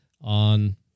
on